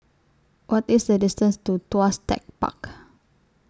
What IS The distance to Tuas Tech Park